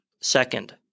Second